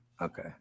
Okay